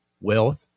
wealth